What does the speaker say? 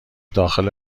داخل